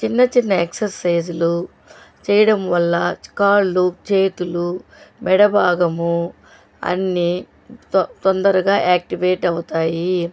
చిన్న చిన్న ఎక్ససైజులు చేయడం వల్ల కాళ్ళు చేతులు మెడ భాగము అన్నీ తొందరగా యాక్టివేట్ అవుతాయి